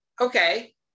okay